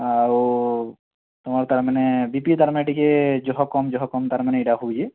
ଆଉ ତୁମର ତା'ର ମାନେ ବିପି ତା'ର ମାନେ ଟିକେ ଜହ କମ୍ ଜହ କମ୍ ତା'ର ମାନେ ଏଇଟା ହଉଛି